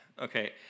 Okay